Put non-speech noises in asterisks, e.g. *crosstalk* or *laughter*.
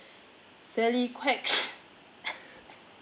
sally kwek *noise* *noise*